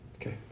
Okay